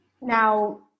Now